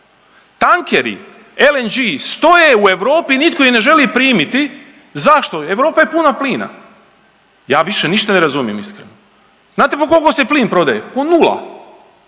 tankeri LNG stoje u Europi, nitko ih ne želi primiti. Zašto? Europa je puna plina. Ja više ništa ne razumijem iskreno. Znate po kolko se plin prodaje? Po nula,